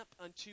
unto